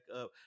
up